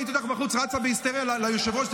ראיתי אותך בחוץ רצה בהיסטריה ליושב-ראש.